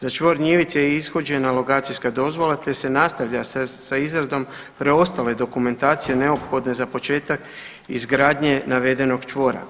Za čvor Njivice je ishođena lokacijska dozvola te se nastavlja sa izradom preostale dokumentacije neophodne za početak izgradnje navedenog čvora.